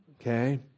okay